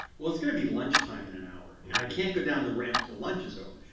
well, it's going to be lunch time in an hour. and i can't go down the ramp till lunch is over.